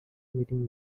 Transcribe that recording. meeting